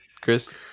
Chris